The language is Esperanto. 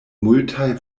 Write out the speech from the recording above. multaj